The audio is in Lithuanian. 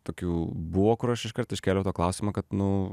tokių buvo kur aš iškart iškėliau tą klausimą kad nu